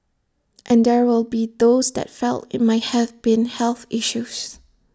and there will be those that felt IT might have been health issues